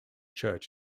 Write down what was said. church